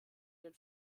den